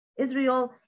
Israel